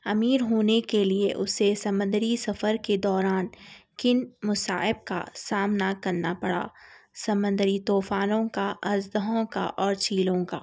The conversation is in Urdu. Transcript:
امیر ہونے کے لئے اسے سمندری سفر کے دوران کن مصائب کا سامنا کرنا پڑا سمندری طوفانوں کا اژدہوں کا اور چیلوں کا